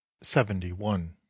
seventy-one